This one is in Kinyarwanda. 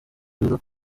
ibiro